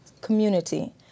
community